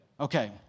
Okay